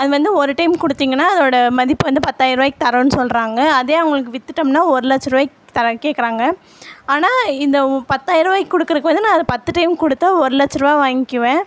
அது வந்து ஒரு டைம் கொடுத்திங்கன்னா அதோடய மதிப்பு வந்து பத்தாய ருபாய்க்கு தரோன்னு சொல்கிறாங்க அதே அவங்களுக்கு விற்றுட்டம்ன்னா ஒரு லட்சருபாய்க்கு தரேன்னு கேட்கறாங்க ஆனால் இந்த பத்தாயருவாய்க்கு கொடுக்குறதுக்கு வந்து நான் அதை பத்து டைம் கொடுத்தா ஒரு லட்சருபா வாங்கிக்குவேன்